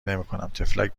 نمیکنم، طفلک